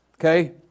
Okay